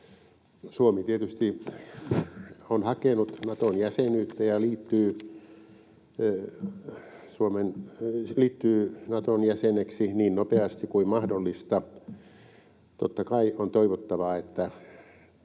Suomi tietysti on hakenut Naton jäsenyyttä ja liittyy Naton jäseneksi niin nopeasti kuin mahdollista. Totta kai on toivottavaa, että